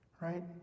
Right